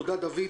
תודה דוד,